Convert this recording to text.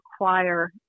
require